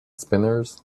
spinners